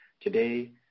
Today